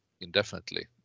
indefinitely